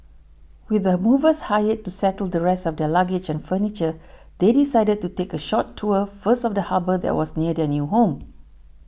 with the movers hired to settle the rest of their luggage and furniture they decided to take a short tour first of the harbour that was near their new home